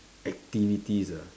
activities ah